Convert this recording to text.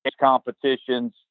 competitions